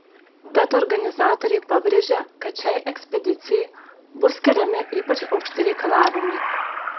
tad organizatoriai pabrėžia kad šiai ekspedicijai bus keliami ypač aukšti reikalavimai